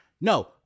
No